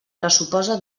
pressuposa